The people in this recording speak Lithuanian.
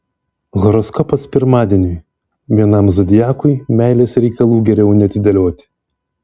horoskopas pirmadieniui vienam zodiakui meilės reikalų geriau neatidėlioti